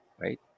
right